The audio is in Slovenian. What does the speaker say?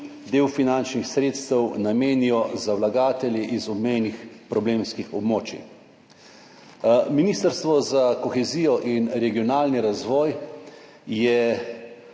del finančnih sredstev namenijo za vlagatelje z obmejnih problemskih območij. Ministrstvo za kohezijo in regionalni razvoj je